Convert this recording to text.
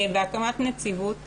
של הקמת נציבות